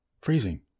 Freezing